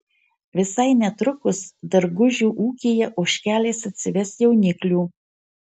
visai netrukus dargužių ūkyje ožkelės atsives jauniklių